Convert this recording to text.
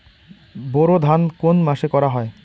বোরো ধান কোন মাসে করা হয়?